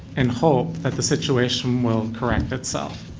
and hope that the situation will correct itself.